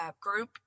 group